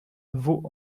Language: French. vaux